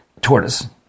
tortoise